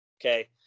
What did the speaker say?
Okay